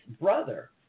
brother